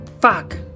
Fuck